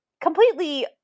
completely